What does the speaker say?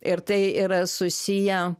ir tai yra susiję